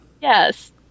Yes